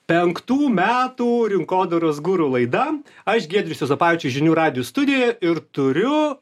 penktų metų rinkodaros guru laida aš giedrius juozapavičius žinių radijo studijoje ir turiu